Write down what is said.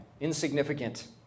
insignificant